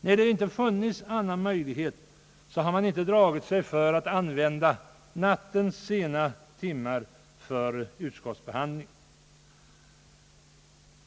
När det inte har 'funnits annan möjlighet har man inte dragit sig för att använda nattens sena timmar för utskottsbehandling.